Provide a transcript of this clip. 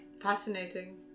Fascinating